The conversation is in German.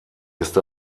ist